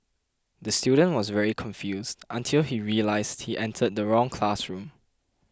the student was very confused until he realised he entered the wrong classroom